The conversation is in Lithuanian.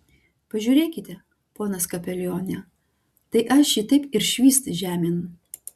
pažiūrėkite ponas kapelione tai aš jį taip ir švyst žemėn